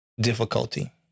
difficulty